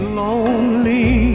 lonely